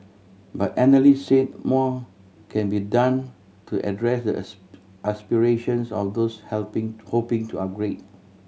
but analyst said more can be done to address the aspirations of those helping hoping to upgrade